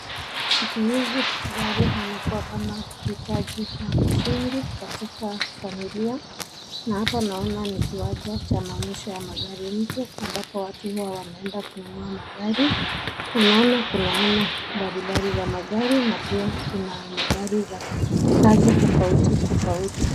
Siku hizi gari imekuwa kama hitaji la msingi katika familia na hapa naona ni kiwanja cha maonyesho ya magari mpya ambapo watu huwa wanaenda kununua magari. Tunaona kuna aina mbali mbali za magari na pia kuna magari za rangi tofauti tofauti.